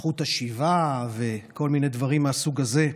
זכות השיבה וכל מיני דברים מהסוג הזה,